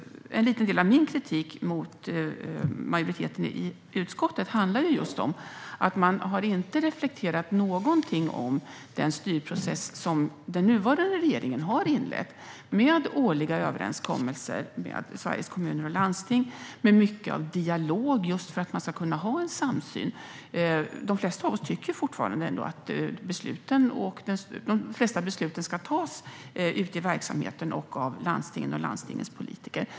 En liten del av min kritik mot majoriteten i utskottet handlar just om att man inte har reflekterat över den styrprocess som den nuvarande regeringen har inlett, med årliga överenskommelser med Sveriges kommuner och landsting och mycket dialog för att man ska kunna ha en samsyn. De flesta av oss tycker ju att de flesta beslut ska tas ute i verksamheten och av landstingen och landstingens politiker.